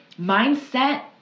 mindset